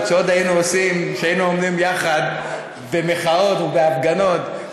שעוד היינו עומדים יחד במחאות ובהפגנות,